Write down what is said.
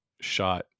shot